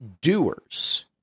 doers